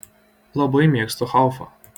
labai mėgstu haufą